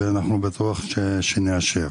בטוח נאשר.